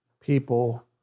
people